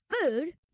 food